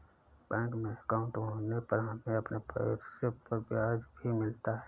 bank में अंकाउट होने से हमें अपने पैसे पर ब्याज भी मिलता है